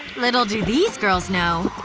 little do these girls know,